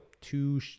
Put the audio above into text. two